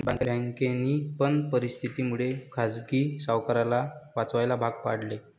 बँकांनी पण परिस्थिती मुळे खाजगी सावकाराला वाचवायला भाग पाडले